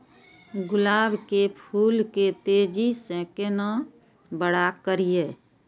गुलाब के फूल के तेजी से केना बड़ा करिए?